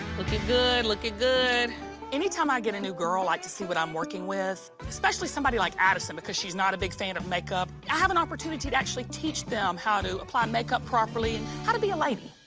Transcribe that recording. looking good. looking good. kim any time i get a new girl, i like to see what i'm working with. especially somebody like addison, because she's not a big fan of makeup, i have an opportunity to actually teach them how to apply makeup properly and how to be a lady.